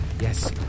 Yes